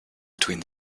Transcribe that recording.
between